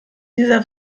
dieser